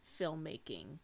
filmmaking